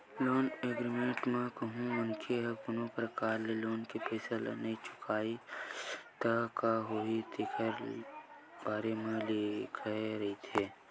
loan agreement म कहूँ मनखे ह कोनो परकार ले लोन के पइसा ल नइ चुकाइस तब का होही तेखरो बारे म लिखाए रहिथे